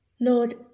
Lord